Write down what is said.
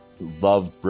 Love